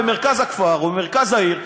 במרכז הכפר או במרכז העיר,